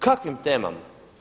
Kakvim temama?